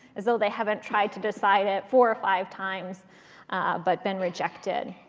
as though they haven't tried to decide it four or five times but been rejected.